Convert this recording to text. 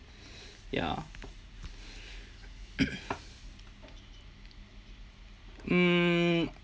ya mmhmm